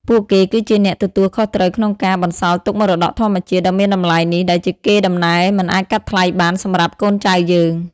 ពួកគេគឺជាអ្នកទទួលខុសត្រូវក្នុងការ បន្សល់ទុកមរតកធម្មជាតិ ដ៏មានតម្លៃនេះ ដែលជាកេរ្តិ៍ដំណែលមិនអាចកាត់ថ្លៃបានសម្រាប់កូនចៅយើង។